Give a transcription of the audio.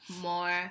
more